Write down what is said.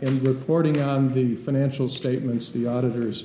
and reporting on the financial statements the auditors